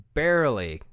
barely